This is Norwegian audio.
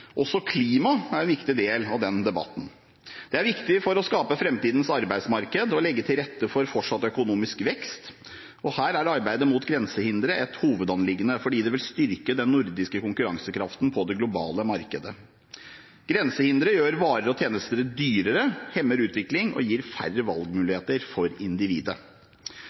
Også klima er en viktig del av den debatten. Det er viktig for å skape framtidens arbeidsmarked å legge til rette for fortsatt økonomisk vekst. Her er arbeidet mot grensehindre et hovedanliggende, fordi det vil styrke den nordiske konkurransekraften på det globale markedet. Grensehindre gjør varer og tjenester dyrere, hemmer utvikling og gir færre valgmuligheter for individet.